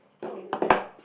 K